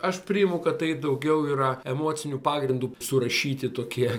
aš priimu kad tai daugiau yra emociniu pagrindu surašyti tokie